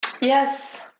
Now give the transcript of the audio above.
Yes